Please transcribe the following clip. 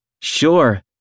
Sure